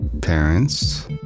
parents